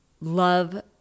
love